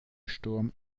sturm